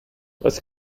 was